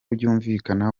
byumvikana